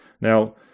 Now